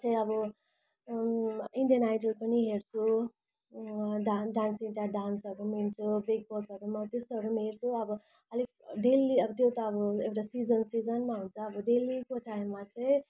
चाहिँ अब Indian Idol पनि हेर्छु डान्स इन्डिया डान्सहरू पनि हेर्छु बिगबोसहरू पनि अब त्यस्तोहेरू पनि हेर्छु अब अलिक डेली त्यो त अब एउटा त्यो त सिजन सिजनमा हुन्छ अब डेलीको टाइममा चाहिँ